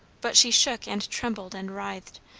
but she shook and trembled and writhed.